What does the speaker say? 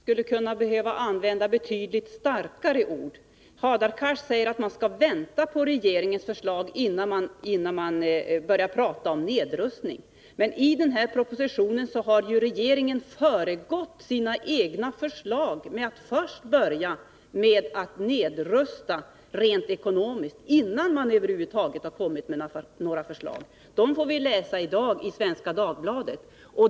Herr talman! Jag tycker inte att jag använde så stora ord i mitt anförande. Man skulle behöva använda betydligt starkare ord än så. Hadar Cars säger att man skall vänta på regeringens förslag innan man börjar tala om nedrustning. Men i den här propositionen har ju regeringen börjat nedrusta rent ekonomiskt redan, innan man över huvud taget lagt fram några förslag. Dem får vi läsa om i dag i Svenska Dagbladet.